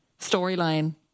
storyline